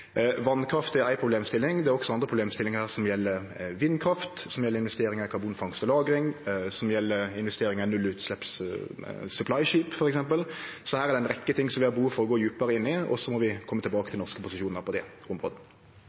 er ei problemstilling, det er òg andre problemstillingar som gjeld vindkraft, som gjeld investeringar i karbonfangst og -lagring, som gjeld investeringar i nullutslepps supplyskip f.eks. – Så her er det ei rekkje ting vi har behov for å gå djupare inn i, og så må vi kome tilbake til norske posisjonar på det området.